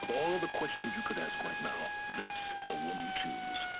all the questions you could ask right now. that's the one you choose?